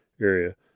area